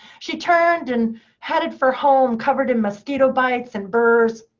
she turned and headed for home, covered in mosquito bites and burrs,